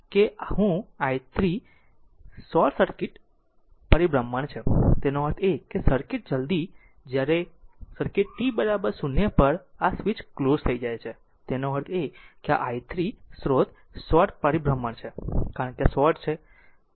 આમ કે હું 3 સ્રોત શોર્ટ પરિભ્રમણ છે તેનો અર્થ એ કે સર્કિટ જલ્દી જ્યારે સર્કિટ t 0 પર આ સ્વીચ ક્લોઝ થઈ જાય તેનો અર્થ એ કે આ i 3 આ i 3 સ્રોત શોર્ટ પરિભ્રમણ છે કારણ કે આ શોર્ટ છે